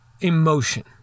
emotion